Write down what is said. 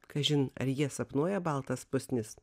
kažin ar jie sapnuoja baltas pusnis